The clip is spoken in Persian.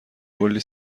کلی